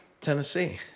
Tennessee